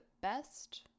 best